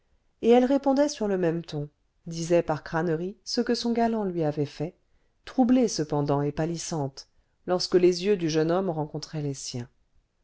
et elle répondait sur le même ton disait par crânerie ce que son galant lui avait fait troublée cependant et pâlissante lorsque les yeux du jeune homme rencontraient les siens